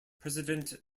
president